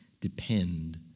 depend